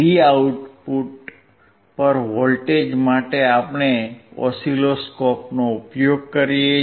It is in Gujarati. આઉટપુટ Vout પર વોલ્ટેજ માટે આપણે ઓસિલોસ્કોપનો ઉપયોગ કરીએ છીએ